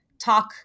talk